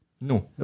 no